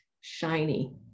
shiny